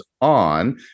on